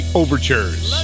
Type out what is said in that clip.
overtures